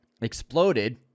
exploded